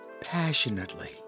passionately